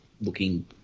looking